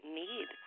need